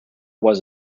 was